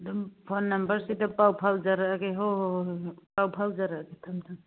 ꯑꯗꯨꯝ ꯐꯣꯟ ꯅꯝꯕꯔꯁꯤꯗ ꯄꯥꯎ ꯐꯥꯎꯖꯔꯛꯑꯒꯦ ꯍꯣ ꯍꯣ ꯍꯣꯏ ꯍꯣꯏ ꯄꯥꯎ ꯐꯥꯎꯖꯔꯛꯑꯒꯦ ꯊꯝꯃꯦ ꯊꯝꯃꯦ